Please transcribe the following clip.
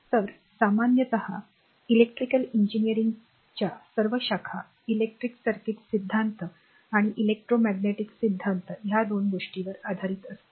तर सामान्यत इलेक्ट्रिकल अभियांत्रिकीच्या सर्व शाखा इलेक्ट्रिक सर्किट सिद्धांत आणि इलेक्ट्रोमॅग्नेटिक सिद्धांत या दोन गोष्टींवर आधारित असतात